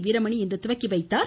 வீரமணி இன்று துவக்கி வைத்தார்